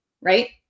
Right